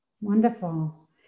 Wonderful